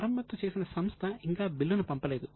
మరమ్మత్తు చేసిన సంస్థ ఇంకా బిల్లును పంపలేదు